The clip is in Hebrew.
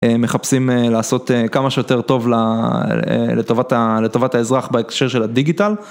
מחפשים לעשות כמה שיותר טוב לטובת האזרח בהקשר של הדיגיטל.